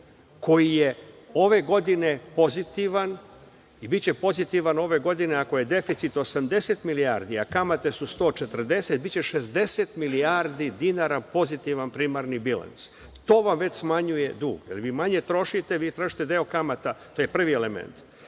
koji je ove godine pozitivan i biće pozitivan ove godine ako je deficit 80 milijardi, a kamate su 140, biće 60 milijardi dinara pozitivan primarni bilans. To vam već smanjuje dug, jer vi manje trošite, trošite deo kamata, to je prvi element. Drugi